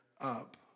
up